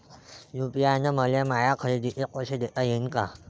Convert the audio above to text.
UPI न मले माया खरेदीचे पैसे देता येईन का?